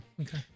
okay